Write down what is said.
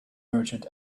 merchant